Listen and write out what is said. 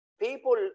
people